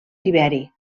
tiberi